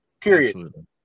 period